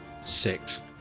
six